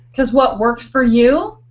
because what works for you,